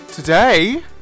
Today